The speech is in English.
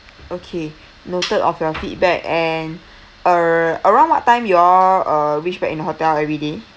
okay noted of your feedback and uh around what time you all uh reach back in hotel everyday